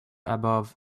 above